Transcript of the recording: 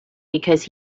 because